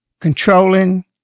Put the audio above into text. controlling